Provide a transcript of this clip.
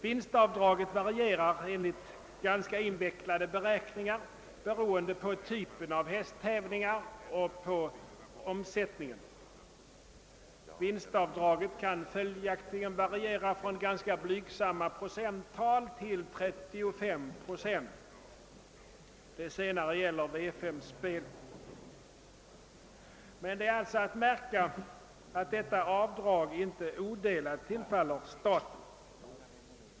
Vinstavdraget varierar enligt ganska invecklade beräkningsgrunder, beroende på typen av hästtävlingar och på omsättningen. Vinstavdraget kan följaktligen variera från ganska blygsamma procenttal till 35 procent; det sistnämnda gäller V-5 spel. Det är alltså att märka att detta avdrag inte odelat tillfaller staten.